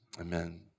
Amen